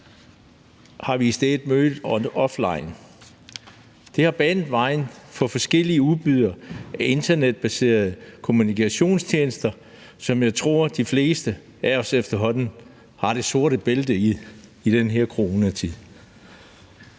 vi i stedet online. Det har banet vejen for forskellige udbydere af internetbaserede kommunikationstjenester, som jeg tror de fleste af os efterhånden har det sorte bælte i i den her coronatid.